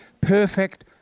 perfect